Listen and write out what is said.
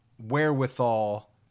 wherewithal